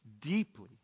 deeply